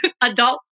adult